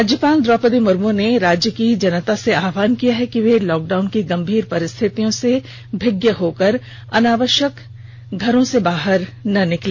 राज्यपाल द्वौपदी मुर्मू ने राज्य की समस्त जनता से आहवान किया है कि वे लॉकडाउन की गंभीर परिस्थितियों से भिज्ञ होकर अनावष्यक घरों से न निकले